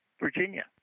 Virginia